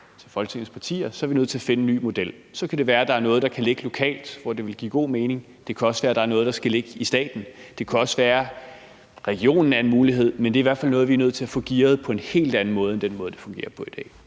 til Folketingets partier, at vi er nødt til at finde en ny model. Så kan det være, at der er noget, der kan ligge lokalt, hvor det vil give god mening. Det kan også være, der er noget, der skal ligge i staten. Det kan også være, regionen er en mulighed. Men det er i hvert fald noget, vi er nødt til at få gearet på en helt anden måde end den måde, det fungerer på i dag.